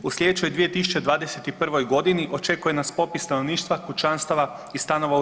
U slijedećoj 2021.g. očekuje nas popis stanovništva kućanstava i stanova u RH.